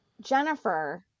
Jennifer